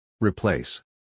Replace